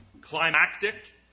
climactic